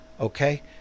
Okay